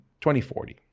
2040